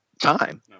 time